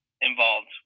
involved